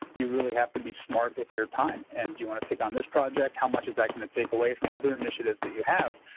you really have to be smart with your time. and you want to take on this project. how much is that going to take away from other initiatives that you have?